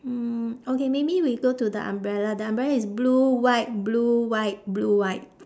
mm okay maybe we go to the umbrella the umbrella is blue white blue white blue white